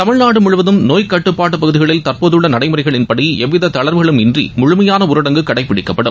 தமிழ்நாடு முழுவதம் நோய் கட்டுப்பாட்டு பகுதிகளில் தற்போது உள்ள நடைமுறைகளின்படி எவ்வித தளர்வுகளும் இன்றி முழுமையான ஊரடங்கு கடைப்பிடிக்கப்படும்